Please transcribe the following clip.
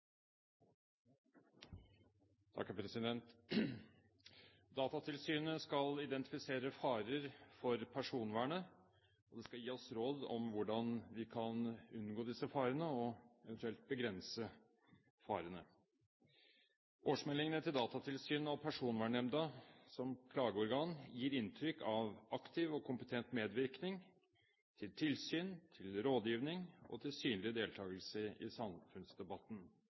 vidare arbeid. Datatilsynet skal identifisere farer for personvernet, og de skal gi oss råd om hvordan vi kan unngå disse farene og eventuelt begrense farene. Årsmeldingene til Datatilsynet og Personvernnemnda som klageorgan gir inntrykk av aktiv og kompetent medvirkning til tilsyn, til rådgivning og til synlig deltakelse i samfunnsdebatten.